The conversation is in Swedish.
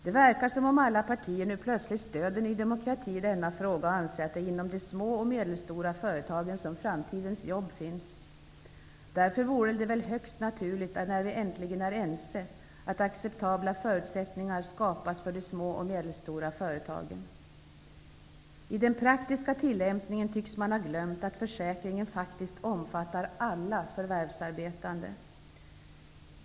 Det verkar som om alla partier nu plötsligt stöder Ny demokrati i denna fråga och anser att det är inom de små och medelstora företagen som framtidens jobb finns. Därför vore det väl högst naturligt, när vi äntligen är ense, att acceptabla förutsättningar skapas för de små och medelstora företagen. I den praktiska tillämpningen tycks man ha glömt att försäkringen faktiskt omfattar alla förvärvsarbetande.